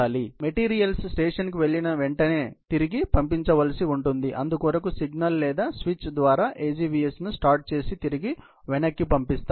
కాబట్టి మెటీరియల్స్ స్టేషన్కు వెళ్ళిన వెంటనేతిరిగి పంపించవలసి ఉంటుంది అందుకొరకు సిగ్నల్ లేదా స్విచ్ ద్వారా AGVS ని స్టార్ట్ చేసి తిరిగి వెనక్కి పంపిస్తారు